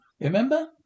remember